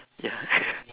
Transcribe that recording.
ya